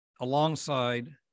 alongside